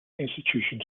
institutions